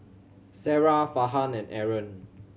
Sarah Farhan and Aaron